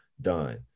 done